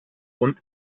und